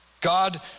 God